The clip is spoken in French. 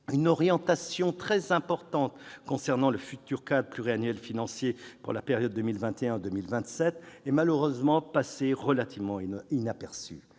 une orientation très importante concernant le futur cadre financier pluriannuel pour la période 2021-2027 est malheureusement passée relativement inaperçue.